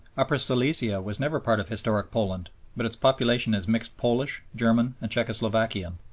upper silesia was never part of historic poland but its population is mixed polish, german, and czecho-slovakian,